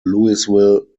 louisville